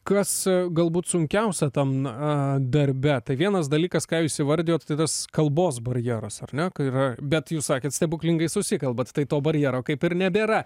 kas galbūt sunkiausia tam na darbe tai vienas dalykas ką jūs įvardijot tai tas kalbos barjeras ar ne yra bet jūs sakėt stebuklingai susikalbat to barjero kaip ir nebėra